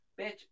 bitch